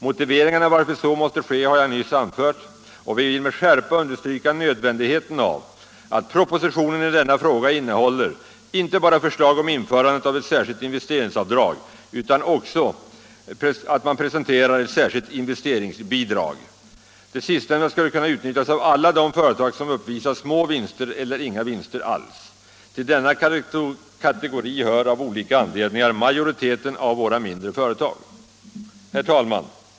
Motiveringarna varför så måste ske har jag nyss anfört och vill med skärpa understryka nödvändigheten av att propositionen i denna fråga innehåller icke bara förslag om införandet av ett särskilt investeringsavdrag utan också presentation av ett särskilt investeringsbidrag. Det sistnämnda skulle kunna utnyttjas av alla de företag som uppvisar små vinster eller inga vinster alls. Till dessa kategorier hör av olika anledningar majoriteten av våra mindre företag. Herr talman!